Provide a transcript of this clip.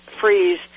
freeze